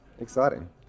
Exciting